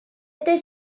été